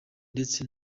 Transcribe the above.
ndetse